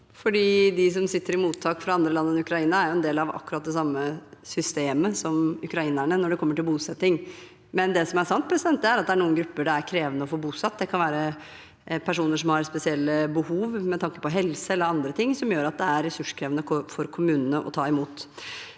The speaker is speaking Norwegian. De som sitter i mottak som er fra andre land enn Ukraina, er en del av akkurat det samme systemet som ukrainerne når det gjelder bosetting. Det som samtidig er sant, er at det er noen grupper det er krevende å få bosatt. Det kan være personer som har spesielle behov med tanke på helse eller andre ting, noe som gjør at det er ressurskrevende for kommunene å ta imot.